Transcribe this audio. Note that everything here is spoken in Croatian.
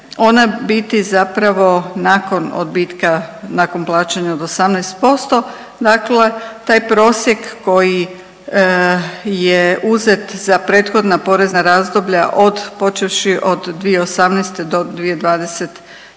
ona biti zapravo nakon odbitka, nakon plaćanja od 18%. Dakle, taj prosjek koji je uzet za prethodna porezna razdoblja od počevši od 2018. do 2022.